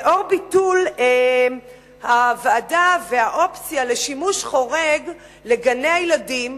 לאור ביטול הוועדה והאופציה לשימוש חורג לגני-הילדים,